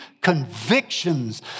convictions